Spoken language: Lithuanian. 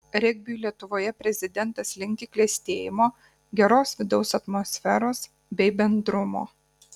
regbiui lietuvoje prezidentas linki klestėjimo geros vidaus atmosferos bei bendrumo